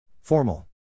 Formal